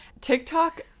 TikTok